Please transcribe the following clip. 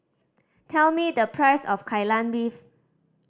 tell me the price of Kai Lan Beef